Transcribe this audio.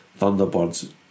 Thunderbirds